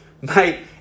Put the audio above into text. Mate